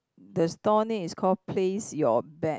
the store name is called place your bet